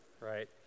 right